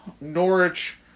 Norwich